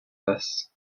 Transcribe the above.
this